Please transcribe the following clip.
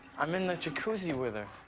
i'm in the jacuzzi with her.